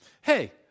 Hey